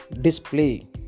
Display